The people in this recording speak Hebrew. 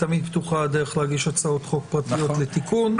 תמיד פתוחה הדרך להגיש הצעות חוק פרטיות לתיקון,